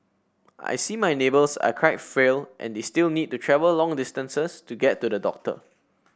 I see my neighbours are quite frail and they still need to travel long distances to get to the doctor